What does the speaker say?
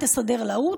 תסדר להוא,